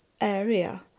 area